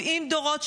70 דורות,